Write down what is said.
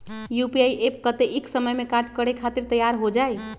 UPI app कतेइक समय मे कार्य करे खातीर तैयार हो जाई?